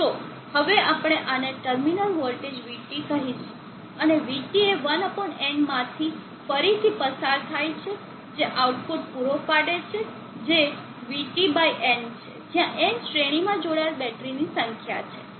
હવે આપણે આને ટર્મિનલ વોલ્ટેજ VT કહીશું અને VT એ 1 n માંથી ફરીથી પસાર થાય છે જે આઉટપુટ પૂરો પાડે છે જે VTn છે જ્યાં n શ્રેણીમાં જોડાયેલ બેટરીઓની સંખ્યા છે